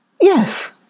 Yes